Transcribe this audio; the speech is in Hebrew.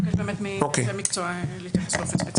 אני אבקש מאנשי המקצוע להתייחס לכך באופן ספציפי.